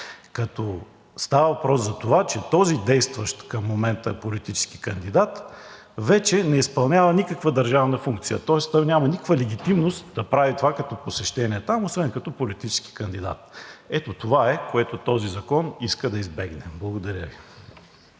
Става въпрос за това, че този действащ към момента политически кандидат вече не изпълнява никаква държавна функция, тоест той няма никаква легитимност да прави това като посещение там, освен като политически кандидат. Ето това е, което този закон иска да избегне. Благодаря Ви.